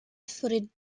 footed